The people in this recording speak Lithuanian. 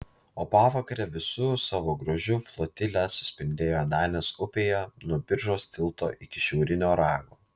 o pavakare visu savo grožiu flotilė suspindėjo danės upėje nuo biržos tilto iki šiaurinio rago